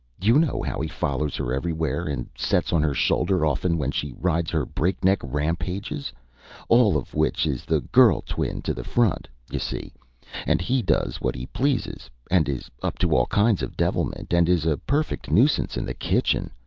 you know how he follows her everywhere, and sets on her shoulder often when she rides her breakneck rampages all of which is the girl-twin to the front, you see and he does what he pleases, and is up to all kinds of devilment, and is a perfect nuisance in the kitchen.